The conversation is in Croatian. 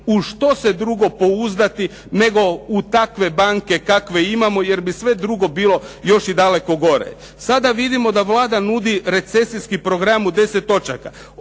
u što se drugo pouzdati nego u takve banke kakve imamo, jer bi sve drugo bilo još i daleko gore. Sada vidimo da Vlada nudi recesijski program u 10 točaka.